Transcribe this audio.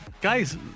Guys